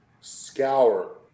scour